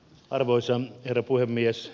arvoisa herra puhemies